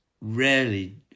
rarely